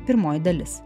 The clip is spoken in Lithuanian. pirmoji dalis